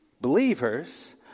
believers